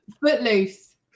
footloose